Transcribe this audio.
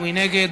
מי נגד?